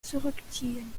zurückziehen